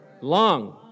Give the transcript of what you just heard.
Long